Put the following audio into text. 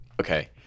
okay